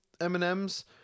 M&M's